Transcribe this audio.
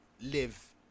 live